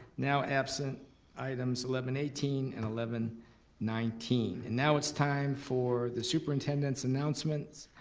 now absent items eleven eighteen and eleven nineteen. and now it's time for the superintendent's announcements.